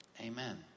Amen